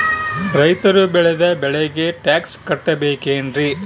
ರೈತರು ಬೆಳೆದ ಬೆಳೆಗೆ ಟ್ಯಾಕ್ಸ್ ಕಟ್ಟಬೇಕೆನ್ರಿ?